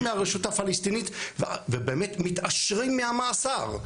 מהרשות הפלסטינית ובאמת מתעשרים מהמאסר,